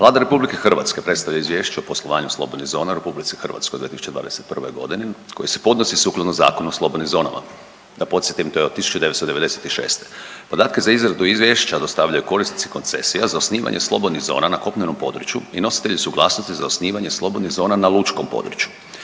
Vlada RH predstavlja Izvješće o poslovanju slobodnih zona u RH u 2021. godini koji se podnosi sukladno Zakonu o slobodnim zonama. Da podsjetim, to je od 1996. Podatke za izradu izvješća dostavljaju korisnici koncesija za osnivanje slobodnih zona na kopnenom području i nositelji suglasnosti za osnivanje slobodnih zona na lučkom području.